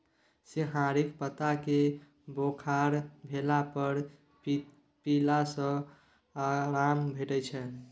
सिंहारिक पात केँ बोखार भेला पर पीला सँ आराम भेटै छै